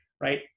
Right